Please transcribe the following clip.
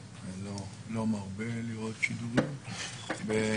לא מרבה לראות שידורים בטלוויזיה.